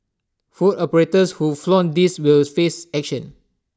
food operators who flout this will face action